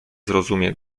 zrozumie